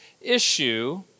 issue